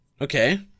Okay